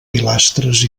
pilastres